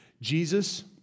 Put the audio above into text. Jesus